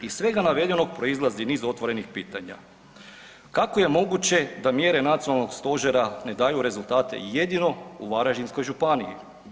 Iz svega navedenog proizlazi niz otvorenih pitanja, kako je moguće da mjere nacionalnog stožera ne daju rezultate jedino u Varaždinskoj županiji?